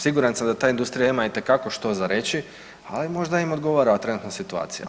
Siguran sam da ta industrija ima itekako što za reći, ali možda im odgovara ova trenutna situacija.